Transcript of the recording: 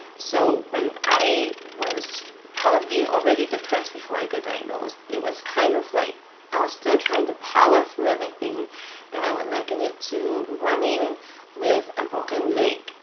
so when i was probably already depressed before i got diagnosed, it was kind of like i was still trying to power through everything and i would liken it to running with a broken leg,